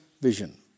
vision